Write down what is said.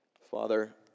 Father